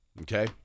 Okay